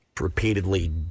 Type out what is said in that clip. Repeatedly